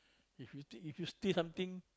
if you take if you steal something